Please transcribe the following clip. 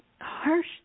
harsh